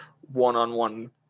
one-on-one